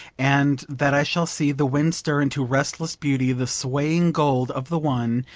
and that i shall see the wind stir into restless beauty the swaying gold of the one,